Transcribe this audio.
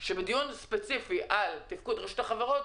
שבדיון ספציפי על תפקוד רשות החברות,